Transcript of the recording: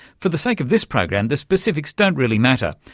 for the sake of this program the specifics don't really matter.